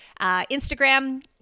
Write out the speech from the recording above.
Instagram